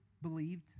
believed